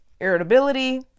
irritability